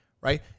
right